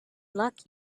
luck